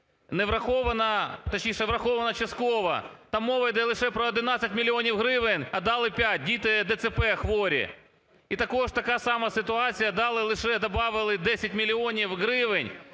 Не врахована, точніше, врахована частково, там мова іде лише про 11 мільйонів гривень, а дали 5. Діти ДЦП, хворі. І така сама ситуація, дали лише, добавили 10 мільйонів гривень